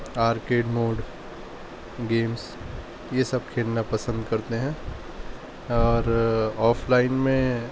arcade mode games یہ سب کھیلنا پسند کرتے ہیں اور آف لائن میں